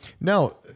No